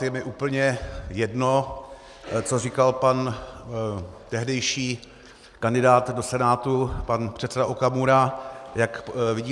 Je mi úplně jedno, co říkal pan tehdejší kandidát do Senátu, pan předseda Okamura, jak vidí Senát.